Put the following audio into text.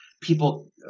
people